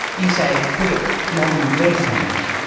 you say putting modern dress on it.